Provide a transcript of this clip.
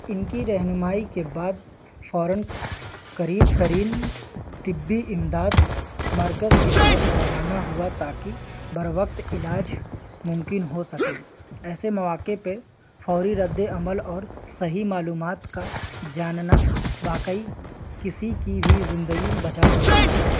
ان کی رہنمائی کے بعد فوراً قریب ترین طبی امداد مرکز کی طرف روانہ ہوا تاکہ بر وقت علاج ممکن ہو سکے ایسے مواقع پہ فوری رد عمل اور صحیح معلومات کا جاننا واقعی کسی کی بھی زندگی بچا سکتا ہے